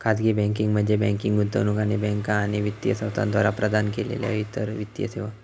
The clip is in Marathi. खाजगी बँकिंग म्हणजे बँकिंग, गुंतवणूक आणि बँका आणि वित्तीय संस्थांद्वारा प्रदान केलेल्यो इतर वित्तीय सेवा